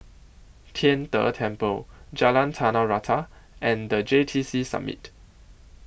Tian De Temple Jalan Tanah Rata and The J T C Summit